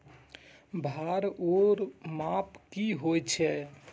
भार ओर माप की होय छै?